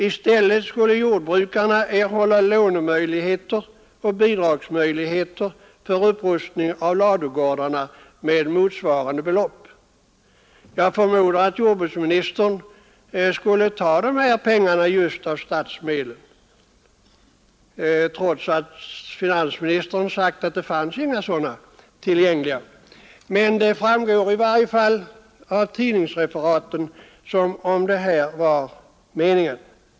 I stället skulle jordbrukarna erhålla låneoch bidragsmöjligheter för upprustning av ladugårdar med motsvarande belopp. Jag förmodar att jordbruksministern skulle ta dessa pengar just av statsmedel, trots att finansministern sagt att det inte fanns några sådana tillgängliga. Det förefaller i varje fall av tidningsreferaten som om det var meningen.